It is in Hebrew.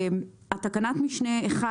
תקנת משנה (1),